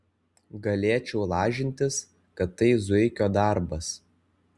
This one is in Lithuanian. galėčiau lažintis kad tai zuikio darbas